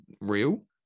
real